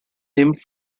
named